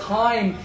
time